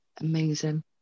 amazing